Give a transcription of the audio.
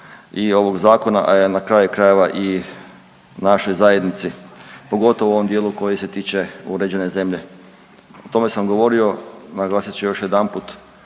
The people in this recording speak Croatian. i ovog zakonu, a na kraju krajeva i našoj zajednici, pogotovo u ovom dijelu koji se tiče „uređene zemlje“. O tome sam govorio, naglasit ću još jedanput,